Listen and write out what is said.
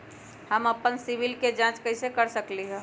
हम अपन सिबिल के जाँच कइसे कर सकली ह?